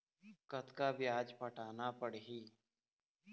कतका ब्याज पटाना पड़ही?